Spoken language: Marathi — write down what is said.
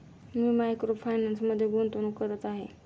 मी मायक्रो फायनान्समध्ये गुंतवणूक करत आहे